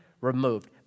removed